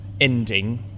ending